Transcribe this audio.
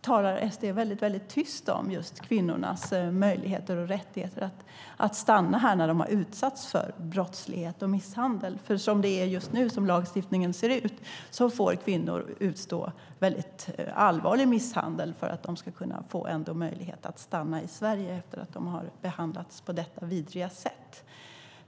talar SD väldigt tyst om just kvinnors möjligheter och rättigheter att stanna här när de har utsatts för brottslighet och misshandel. Som lagstiftningen ser ut just nu får kvinnor utstå väldigt allvarlig misshandel för att de ska kunna få möjlighet att stanna i Sverige efter att de har behandlats på detta vidriga sätt.